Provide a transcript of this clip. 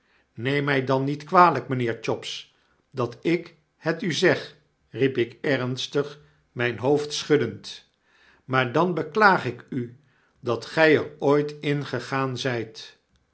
neem my dan niet kwalijk mynheer chops dat ik het u zeg riep ik ernstig myn hoofd schuddend maar dan beklaag ik u datgyer ooit ingegaan zyt